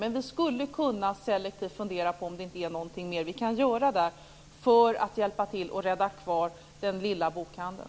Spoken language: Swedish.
Men vi skulle kunna fundera över om det inte är något annat selektivt som vi skulle kunna göra för att hjälpa till och rädda kvar den lilla bokhandeln.